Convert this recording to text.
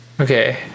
okay